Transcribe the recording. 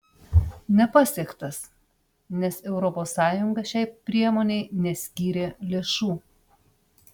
nepasiektas nes europos sąjunga šiai priemonei neskyrė lėšų